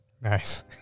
Nice